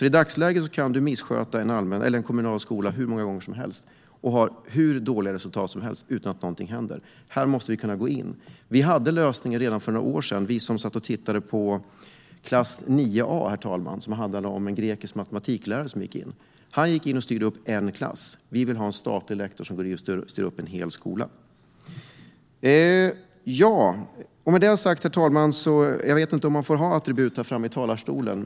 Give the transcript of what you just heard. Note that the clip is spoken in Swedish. I dagsläget kan man missköta en kommunal skola hur mycket som helst och visa hur dåliga resultat som helst utan att någonting händer. Här måste man kunna gå in. För några år sedan kunde vi titta på tv-serien Klass 9A . Den handlade om en grekisk matematiklärare som gick in och styrde upp en klass. Vi vill ha en statlig rektor som går in och styr upp en hel skola. Jag vet inte om man får ha attribut här i talarstolen.